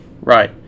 right